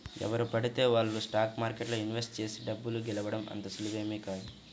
ఎవరు పడితే వాళ్ళు స్టాక్ మార్కెట్లో ఇన్వెస్ట్ చేసి డబ్బు గెలవడం అంత సులువేమీ కాదు